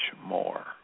more